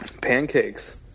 Pancakes